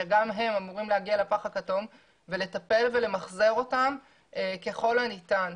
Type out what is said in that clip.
שגם הן אמורים להגיע לפח הכתום ולמחזר אותם ככל הניתן.